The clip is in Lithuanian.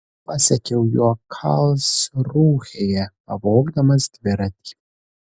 pasekiau juo karlsrūhėje pavogdamas dviratį